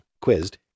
quizzed